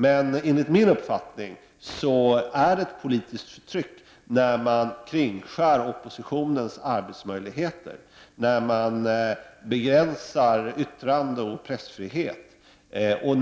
Men enligt min uppfattning handlar det om politiskt förtryck när man kringskär oppositionens arbetsmöjligheter, begränsar yttrandeoch pressfriheten och